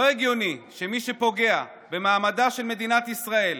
לא הגיוני שמי שפוגע במעמדה של מדינת ישראל,